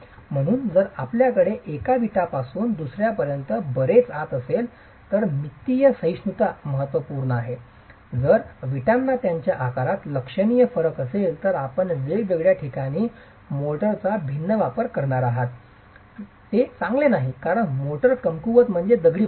म्हणूनच जर आपल्याकडे एका विटापासून दुसर्यापर्यंत बरेच आत असेल तर मितीय सहिष्णुता महत्त्वपूर्ण आहे जर विटांना त्यांच्या आकारात लक्षणीय फरक असेल तर आपण वेगवेगळ्या ठिकाणी मोर्टारचा भिन्न वापर करणार आहात ते चांगले नाही कारण मोर्टार कमकुवत म्हणजे दगडी बांधकाम आहे